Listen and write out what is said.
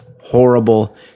horrible